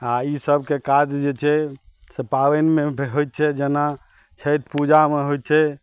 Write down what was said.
आओर ई सबके काज जे छै से पाबनिमे होइ छै जेना छैठ पूजामे होइ छै